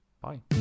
Bye